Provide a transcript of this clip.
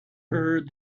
heard